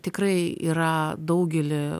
tikrai yra daugely